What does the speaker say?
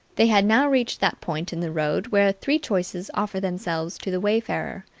they had now reached that point in the road where three choices offer themselves to the wayfarer.